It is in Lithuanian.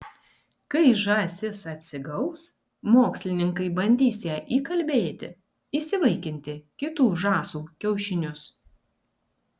kai žąsis atsigaus mokslininkai bandys ją įkalbėti įsivaikinti kitų žąsų kiaušinius